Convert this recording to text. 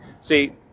See